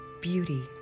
beauty